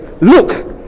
look